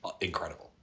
incredible